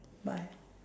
bye